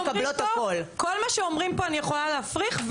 כל מה שאומרים פה אני יכולה להפריך.